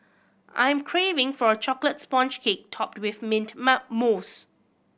I am craving for a chocolate sponge cake topped with mint mousse